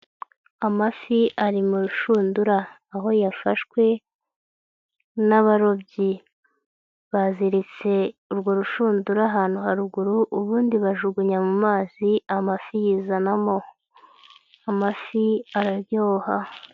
Amafi ari mu rushundura, aho yafashwe n'abarobyi, baziritse urwo rushundura ahantu haruguru ubundi bajugunya mu mazi amafi yizanamo, amafi araryoha.